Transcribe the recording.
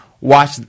watch